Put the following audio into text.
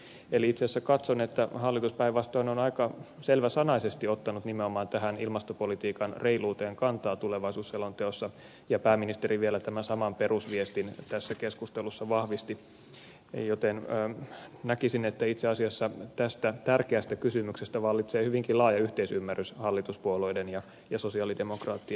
eli itse asiassa katson että hallitus päinvastoin on aika selväsanai sesti ottanut nimenomaan tähän ilmastopolitiikan reiluuteen kantaa tulevaisuuselonteossa ja pääministeri vielä tämän saman perusviestin tässä keskustelussa vahvisti joten näkisin että itse asiassa tästä tärkeästä kysymyksestä vallitsee hyvinkin laaja yhteisymmärrys hallituspuolueiden ja sosialidemokraattien välillä